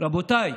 רבותיי,